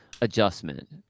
adjustment